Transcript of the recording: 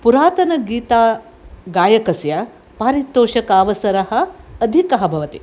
पुरातनगीता गायकस्य पारितोषकावसरः अधिकः भवति